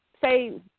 say